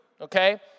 okay